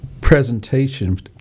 presentation